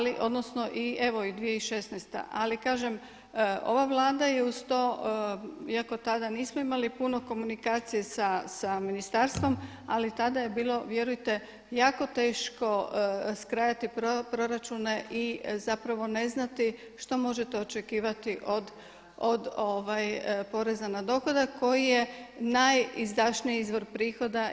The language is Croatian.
Ali, odnosno evo i 2016., ali kažem ova Vlada je uz to iako tada nismo imali puno komunikacije sa ministarstvom ali tada je bilo vjerujte jako teško skrajati proračune i zapravo ne znati što možete očekivati od poreza na dohodak koji je najizdašniji izvor prihoda.